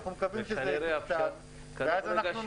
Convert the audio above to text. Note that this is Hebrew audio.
אנחנו מקווים שזה יתוקצב, ואז אנחנו נמשיך.